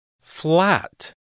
flat